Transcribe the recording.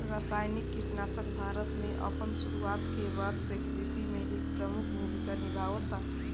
रासायनिक कीटनाशक भारत में अपन शुरुआत के बाद से कृषि में एक प्रमुख भूमिका निभावता